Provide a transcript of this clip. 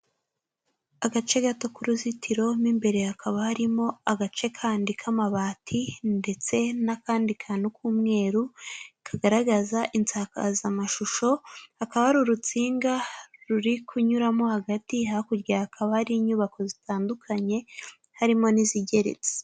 Agace gato k'uruzitiro, mo imbere hakaba harimo agace kandi k'amabati ndetse n'akandi kantu k'umweru, kagaragaza insakazamashusho, hakaba hari urutsinga ruri kunyuramo hagati, hakurya hakaba hari inyubako zitandukanye harimo n'izigeretse.